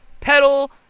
pedal